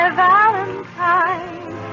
valentine